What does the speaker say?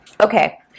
Okay